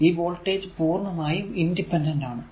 ഈ വോൾടേജ് പൂർണമായും ഇൻഡിപെൻഡന്റ് ആണ്